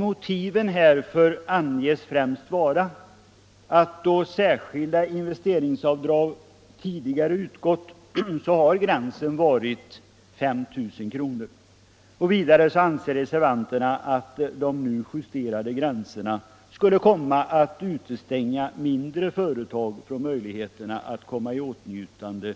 Motiven härför anges främst vara att då särskilda — Nr 41 investeringsavdrag tidigare har utgått har gränsen varit 5 000 kr. Vidare Onsdagen den anser reservanterna att den nu justerade gränsen skulle komma att ute 10 december 1975 stänga mindre företag från möjligheterna att komma i åtnjutande